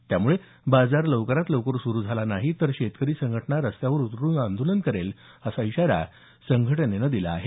त्यामुळे बाजार लवकरात लवकर सुरु झाला नाही तर शेतकरी संघटना रस्त्यावर उतरुन आंदोलन करेल असा इशारा शेतकरी संघटनेने दिला आहे